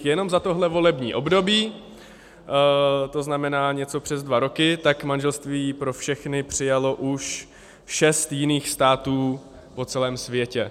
Jenom za tohle volební období, to znamená něco přes dva roky, tak manželství pro všechny přijalo už šest jiných států po celém světě.